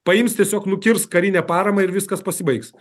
paims tiesiog nukirs karinę paramą ir viskas pasibaigs